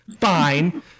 Fine